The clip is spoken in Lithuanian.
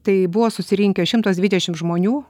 tai buvo susirinkę šimtas dvidešim žmonių